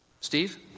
steve